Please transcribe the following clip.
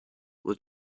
was